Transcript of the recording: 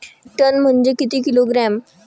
एक टन म्हनजे किती किलोग्रॅम?